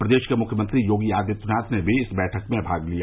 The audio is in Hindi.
प्रदेश के मुख्यमंत्री योगी आदित्यनाथ ने भी इस बैठक में भाग लिया